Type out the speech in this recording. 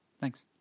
Thanks